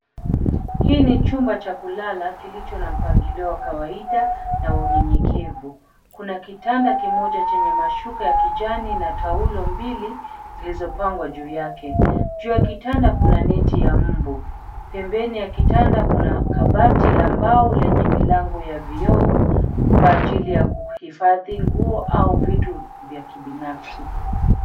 Hii ni chumba cha kulala kilicho na mpangilio wa kawaida na wa unyenyekevu. Kuna kitanda kimoja chenye mashuka ya kijani na taulo mbili zilizo pangwa juu yake. Juu ya kitanda kuna neti ya mbu. Pembeni ya kitanda kuna kabati la mbao lenye milango ya vioo kwa ajili ya kuhifadhi nguo au vitu vya kibinafsi.